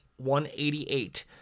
188